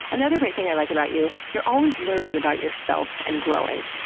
another great thing i like about you, you're always learning about yourself and growing.